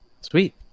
Sweet